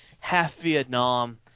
half-Vietnam